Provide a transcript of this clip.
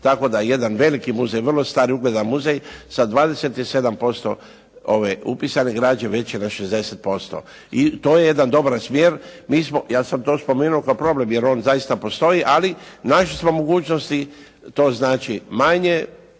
tako da jedan veliki muzej, vrlo star i ugledan muzej sa 27% upisane građe već je na 60% i to je jedan dobar smjer. Ja sam to spomenuo kao problem jer on zaista postoji, ali našli smo mogućnosti, to znači manje